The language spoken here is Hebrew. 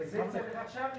וזה צריך עכשיו לתקן.